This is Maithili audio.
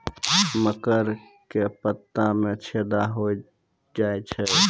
मकर के पत्ता मां छेदा हो जाए छै?